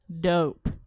dope